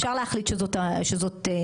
אפשר להחליט שזאת המליאה.